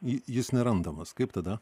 ji jis nerandamas kaip tada